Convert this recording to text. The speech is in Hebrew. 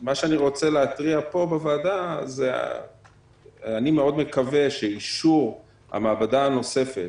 מה שאני רוצה להתריע פה בוועדה אני מאוד מקווה שאישור המעבדה הנוספת,